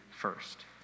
first